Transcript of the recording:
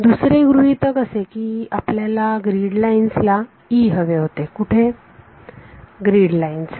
दुसरे गृहीतक असे की आपल्याला ग्रिडलाइन्स ला E हवे होते कुठे ग्रिडलाइन्स ला